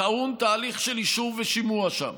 טעון תהליך של אישור ושימוע שם.